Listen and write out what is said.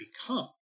become